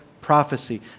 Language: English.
prophecy